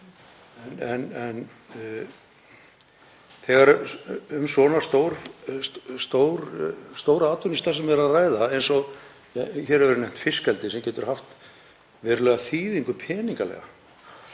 en þegar um svona stóra atvinnustarfsemi er að ræða eins og hér er nefnd, fiskeldi, sem getur haft verulega þýðingu peningalega